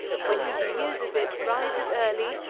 when he who uses it rises early,